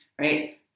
right